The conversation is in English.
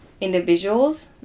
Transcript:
individuals